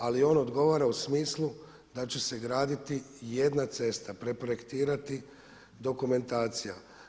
Ali ono odgovara u smislu da će se graditi jedna cesta, preprojektirati dokumentacija.